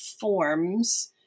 forms